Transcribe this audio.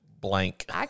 blank